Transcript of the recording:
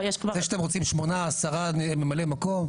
זה שאתם רוצים שמונה או עשרה ממלאי מקום,